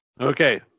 Okay